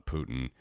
Putin